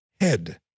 head